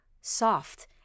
soft